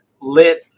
LIT